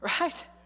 Right